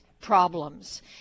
problems